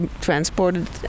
transported